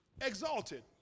Exalted